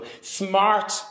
smart